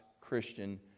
Christian